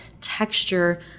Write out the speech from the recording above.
texture